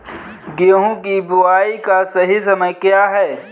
गेहूँ की बुआई का सही समय क्या है?